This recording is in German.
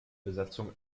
besatzung